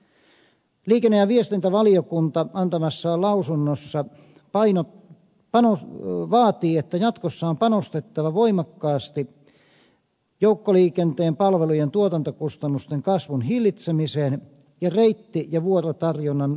liikenne ja viestintävaliokunta antamassaan lausunnossa vaatii että jatkossa on panostettava voimakkaasti joukkoliikenteen palvelujen tuotantokustannusten kasvun hillitsemiseen ja reitti ja vuorotarjonnan lisäämiseen